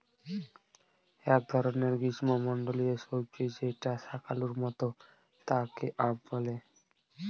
এক ধরনের গ্রীস্মমন্ডলীয় সবজি যেটা শাকালুর মত তাকে য়াম বলে